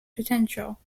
potential